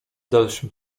dalszym